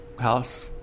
house